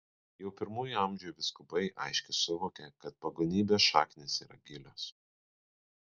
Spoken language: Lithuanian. jau pirmųjų amžių vyskupai aiškiai suvokė kad pagonybės šaknys yra gilios